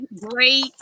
great